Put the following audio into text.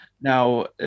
Now